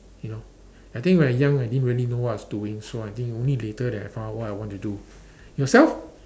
you know I think when I young I didn't really know what I was doing so I think only later then I found out what I want to do yourself